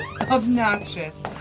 Obnoxious